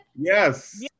Yes